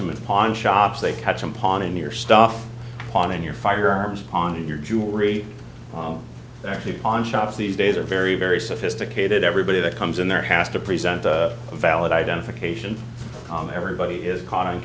them and pawn shops they catch them pawn in your stuff on in your firearms on your jewelry actually pawn shops these days are very very sophisticated everybody that comes in there has to present a valid identification calm everybody is caught on